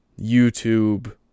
YouTube